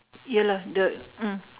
ya lah the mm